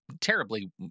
terribly